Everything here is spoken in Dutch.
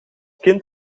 kind